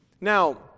Now